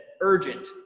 Urgent